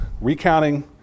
recounting